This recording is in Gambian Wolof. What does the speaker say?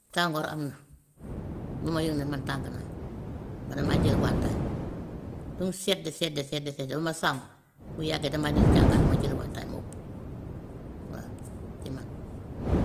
Tàngoor am na lu may yëg ne man tàng naa ba damay jël wantaay, lu mu sedd sedd sedd sedd ba ma sàngu bu yàggee damay dindi càngaay bi ma jël wantaay ma uppu, waa ci man.